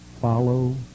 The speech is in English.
Follow